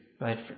right